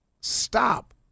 Stop